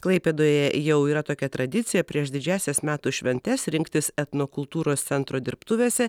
klaipėdoje jau yra tokia tradicija prieš didžiąsias metų šventes rinktis etnokultūros centro dirbtuvėse